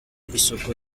isuku